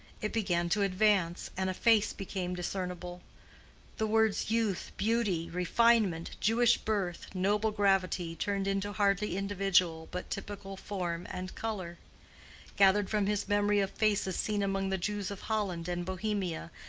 it began to advance, and a face became discernible the words youth, beauty, refinement, jewish birth, noble gravity, turned into hardly individual but typical form and color gathered from his memory of faces seen among the jews of holland and bohemia,